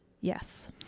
yes